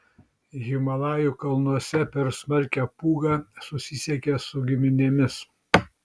himalajų kalnuose per smarkią pūgą susisiekė su giminėmis